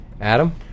Adam